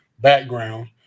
background